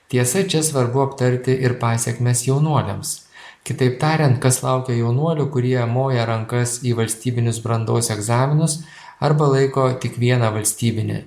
tiesa čia svarbu aptarti ir pasekmes jaunuoliams kitaip tariant kas laukia jaunuolių kurie moja rankas į valstybinius brandos egzaminus arba laiko tik vieną valstybinį